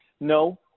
No